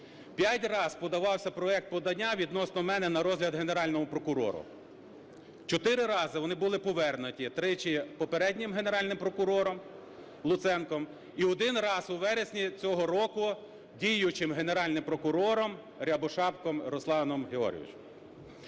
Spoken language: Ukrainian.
П'ять раз подавався проект подання відносно мене на розгляд Генеральному прокурору. Чотири рази вони були повернуті, тричі попереднім Генеральним прокурором Луценком і один раз у вересні цього року діючим Генеральним прокурором Рябошапкою Русланом Георгійовичем.